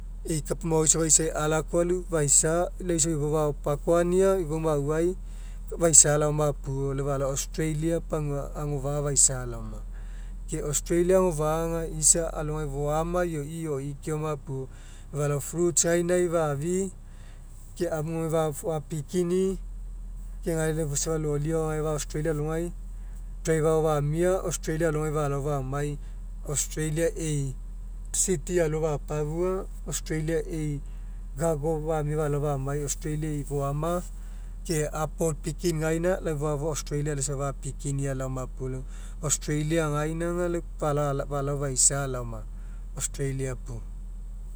E'i kapa maoai isa alakoa lau faisa lau safa ifou fapakoania ifou mauai faisa laoma puo lau falao australia pagua agofa'a faisa laoma. Ke australia agofa'a aga isa alogai foama ioina ioina keoma puo falao fruits gainai fafi'i ke amu gainai fa'pickini'i ke gaina afugai safa loli agao gae australia alogai driver ao famia australia alogai falao famai australia e'i city alo fapafua australia e'i falao famai australia e'i foama ke apple picking gaina lau falao australia alogai safa lau fapickinia laoma puo australia gaina aga lau falao falao faisa laoma australia puo.